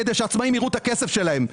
כדי שהעצמאים יראו את הכסף שלהם.